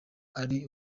ari